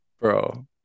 Bro